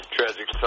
Tragic